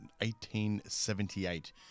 1878